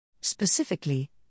Specifically